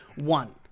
one